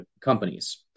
companies